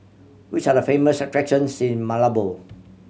which are the famous attractions in Malabo